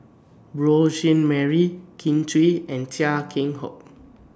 Beurel Jean Marie Kin Chui and Chia Keng Hock